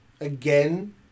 Again